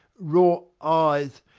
raw eyes,